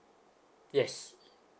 yes